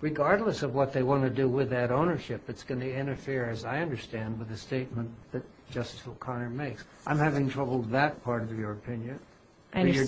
regardless of what they want to do with that ownership it's going to interfere as i understand with the statement that just kind of makes i'm having trouble with that part of your opinion and your